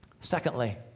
Secondly